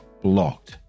blocked